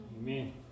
Amen